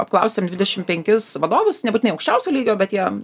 apklausėm dvidešimt penkis vadovus nebūtinai aukščiausio lygio bet jiem